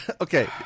Okay